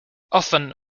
often